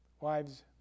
wives